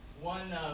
one